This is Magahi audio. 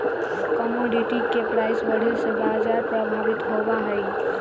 कमोडिटी के प्राइस बढ़े से बाजार प्रभावित होबा हई